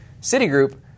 Citigroup